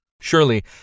Surely